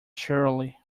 surely